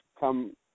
come